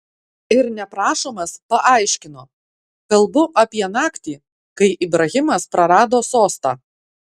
ir neprašomas paaiškino kalbu apie naktį kai ibrahimas prarado sostą